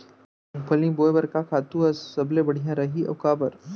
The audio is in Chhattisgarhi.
मूंगफली बोए बर का खातू ह सबले बढ़िया रही, अऊ काबर?